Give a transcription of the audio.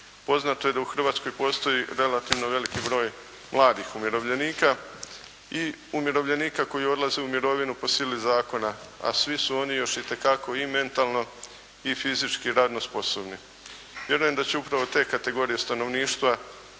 Poznato je da u Hrvatskoj postoji relativno veliki broj mladih umirovljenika i umirovljenika koji odlaze u mirovinu po sili zakona, a svi su oni još itekako i mentalno i fizički radno sposobni. Vjerujem da će upravo te kategorije stanovništva